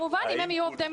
המוביל.